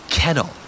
Kettle